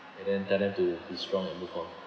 and then tell them to be strong and move on